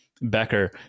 Becker